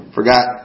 forgot